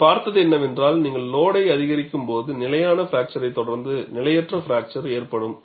நாங்கள் பார்த்தது என்னவென்றால் நீங்கள் லோடை அதிகரிக்கும் போது நிலையான பிராக்சரை தொடர்ந்து நிலையற்ற பிராக்சர் ஏற்படும்